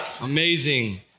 Amazing